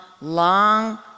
long